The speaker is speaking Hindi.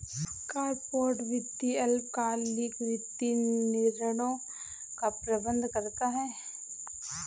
कॉर्पोरेट वित्त अल्पकालिक वित्तीय निर्णयों का प्रबंधन करता है